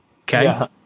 Okay